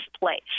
place